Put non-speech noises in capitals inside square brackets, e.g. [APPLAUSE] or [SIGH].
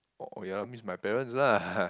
orh ya means my parents lah [BREATH]